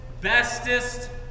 bestest